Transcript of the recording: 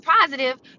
positive